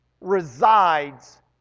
resides